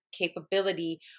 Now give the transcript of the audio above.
capability